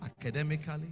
academically